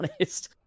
honest